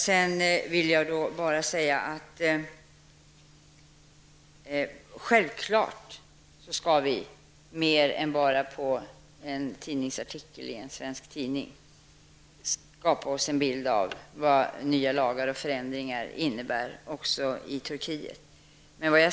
Vi skall självfallet på grundval av mer än vad som står i en svensk tidningsartikel skapa oss en bild av vad nya lagar och förändringar innebär, också i Turkiet.